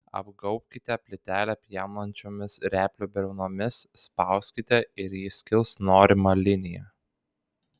apgaubkite plytelę pjaunančiomis replių briaunomis spauskite ir ji skils norima linija